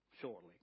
shortly